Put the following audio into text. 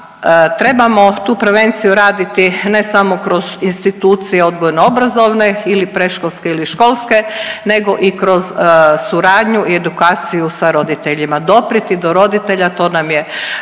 trebamo tu prevenciju raditi ne samo kroz institucije odgojno obrazovane ili predškolske ili školske nego i kroz suradnju i edukaciju sa roditeljima. Doprijeti do roditelja to nam je